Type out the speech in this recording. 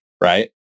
right